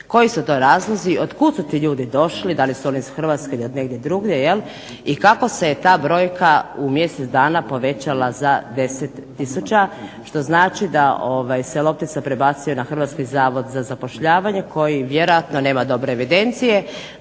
koji su to razlozi, otkud su ti ljudi došli, da li su oni iz Hrvatske ili od negdje drugdje, i kako se je ta brojka u mjesec dana povećala za 10 tisuća, što znači da se loptica prebacuje na Hrvatski zavod za zapošljavanje, koji vjerojatno nema dobre evidencije,